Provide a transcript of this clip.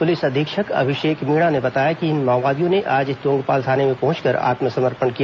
police अधीक्षक अभिषेक मीणा ने बताया कि इन माओवादियों ने आज तोंगपाल थाने में पहुंचकर आत्मसमर्पण किया